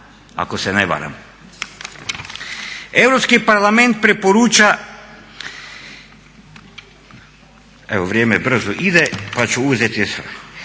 ako se ne varam. Europski parlament preporuča, evo vrijeme brzo ide, pa ću uzeti,